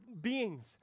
beings